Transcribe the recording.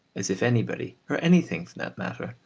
as if anybody, or anything, for that matter,